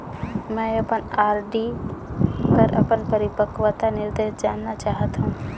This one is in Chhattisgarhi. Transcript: मैं अपन आर.डी पर अपन परिपक्वता निर्देश जानना चाहत हों